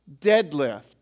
deadlift